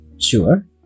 Sure